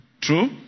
true